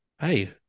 hey